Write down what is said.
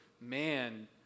man